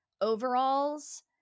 overalls